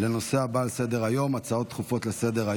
לנושא הבא על סדר-היום, הצעות דחופות לסדר-היום.